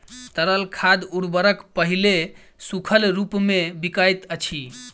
तरल खाद उर्वरक पहिले सूखल रूपमे बिकाइत अछि